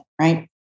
right